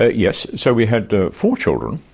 ah yes, so we had four children,